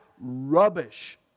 rubbish